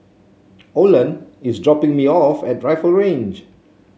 Olan is dropping me off at Rifle Range